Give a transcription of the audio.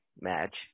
match